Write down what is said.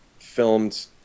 filmed